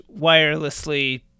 wirelessly